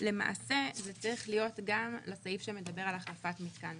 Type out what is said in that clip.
למעשה זה צריך להיות גם לסעיף שמדבר על החלפת מתקן.